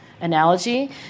analogy